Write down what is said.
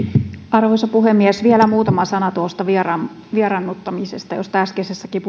arvoisa puhemies vielä muutama sana tuosta vieraannuttamisesta josta äskeisessäkin